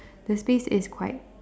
the stage is quite